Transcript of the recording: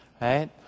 right